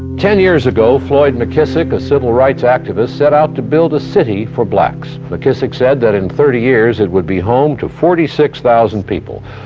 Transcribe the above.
ten years ago, floyd mckissick, a civil rights activist set out to build a city for blacks. mckissick said that in thirty years it would be home to forty six thousand people.